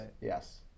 Yes